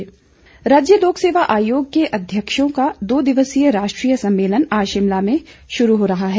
राष्ट्रीय सम्मेलन राज्य लोक सेवा आयोग के अध्यक्षों का दो दिवसीय राष्ट्रीय सम्मेलन आज से शिमला में शुरू हो रहा है